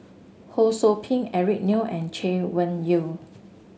Ho Sou Ping Eric Neo and Chay Weng Yew